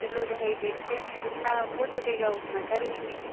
चलो भाई देखते हैं जितना हो सकेगा उतना कर लेंगे